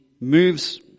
moves